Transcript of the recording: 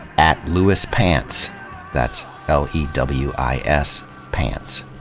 at lewispants that's l e w i s pants.